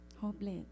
hopeless